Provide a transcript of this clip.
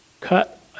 cut